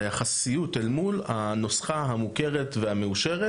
היחסיות אל מול הנוסחה המוכרת והמאושרת,